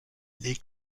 les